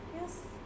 Yes